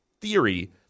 theory